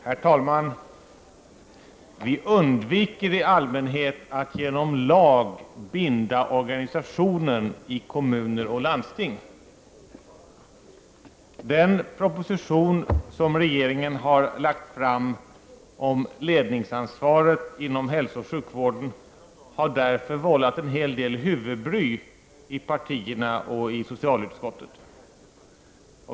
Herr talman! Vi undviker i allmänhet att genom lag binda organisationen i kommuner och landsting. Den proposition som regeringen har lagt fram om ledningsansvaret inom hälsooch sjukvården har därför vållat en hel del huvudbry i partierna och i socialutskottet.